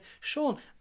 Sean